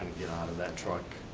and that truck.